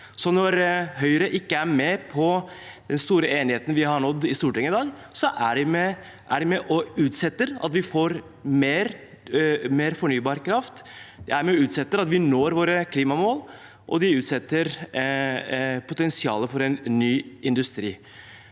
Når Høyre ikke er med på den store enigheten vi har nådd i Stortinget i dag, er de med på å utsette at vi får mer fornybar kraft. De er med på å utsette at vi når våre klimamål, og de utsetter potensialet for en ny industri.